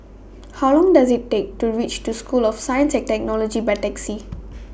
How Long Does IT Take to REACH to School of Science and Technology By Taxi